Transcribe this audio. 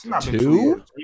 Two